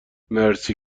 مرسی